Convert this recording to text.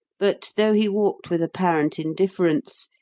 but, though he walked with apparent indifference,